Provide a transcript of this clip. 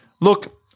Look